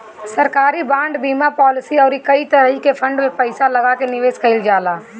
सरकारी बांड, बीमा पालिसी अउरी कई तरही के फंड में पईसा लगा के निवेश कईल जाला